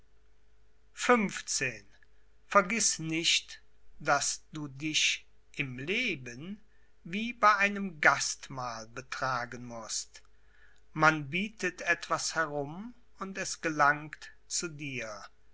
vergiß nicht daß du dich im leben wie bei einem gastmahl betragen mußt man bietet etwas herum und es gelangt zu dir